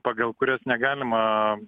pagal kurias negalima